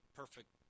perfect